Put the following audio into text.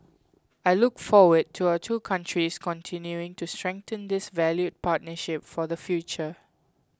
I look forward to our two countries continuing to strengthen this valued partnership for the future